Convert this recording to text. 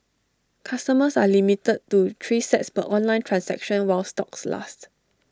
customers are limited to three sets per online transaction while stocks last